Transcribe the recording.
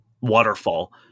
waterfall